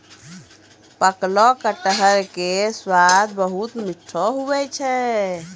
पकलो कटहर के स्वाद बहुत मीठो हुवै छै